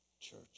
Church